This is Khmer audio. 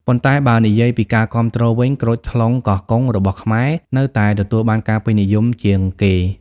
ប៉ុន្តែបើនិយាយពីការគាំទ្រវិញ ក្រូចថ្លុងកោះកុង របស់ខ្មែរនៅតែទទួលបានការពេញនិយមជាងគេ។